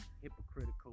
hypocritical